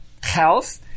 health